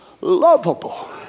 lovable